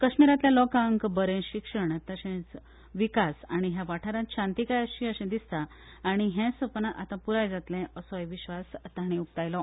कश्मीरांतल्या लोकांक बरें शिक्षण तशेंच विकास आनी ह्या वाठारांत शांतीकाय आसची अशें दिसता आनी हे सपन आतां पूर्ण जातलें असोय विस्वास तांणी उकतायलो